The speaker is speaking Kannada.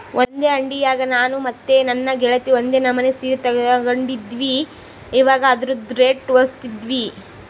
ಒಂದೇ ಅಂಡಿಯಾಗ ನಾನು ಮತ್ತೆ ನನ್ನ ಗೆಳತಿ ಒಂದೇ ನಮನೆ ಸೀರೆ ತಗಂಡಿದ್ವಿ, ಇವಗ ಅದ್ರುದು ರೇಟು ಹೋಲಿಸ್ತಿದ್ವಿ